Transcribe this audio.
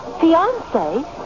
fiance